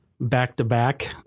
back-to-back